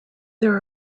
there